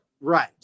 Right